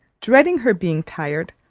dreading her being tired,